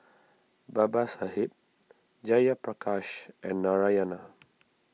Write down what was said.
Babasaheb Jayaprakash and Narayana